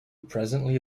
presently